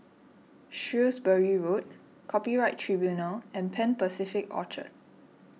Shrewsbury Road Copyright Tribunal and Pan Pacific Orchard